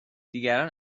دیگران